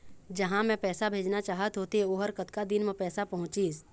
जहां मैं पैसा भेजना चाहत होथे ओहर कतका दिन मा पैसा पहुंचिस?